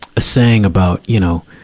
a saying about, you know,